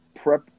prep